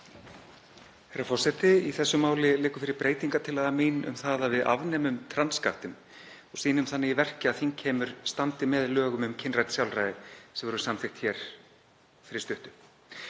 Herra forseti. Í þessu máli liggur fyrir breytingartillaga mín um að við afnemum trans skattinn og sýnum þannig í verki að þingheimur standi með lögum um kynrænt sjálfræði, sem voru samþykkt hér fyrir stuttu.